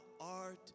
art